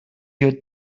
your